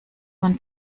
man